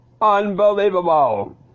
unbelievable